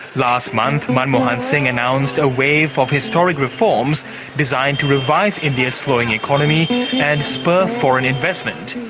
last month manmohan singh announced a wave of historic reforms designed to revive india's slowing economy and spur foreign investment.